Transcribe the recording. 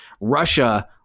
Russia